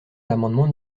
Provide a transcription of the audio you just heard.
l’amendement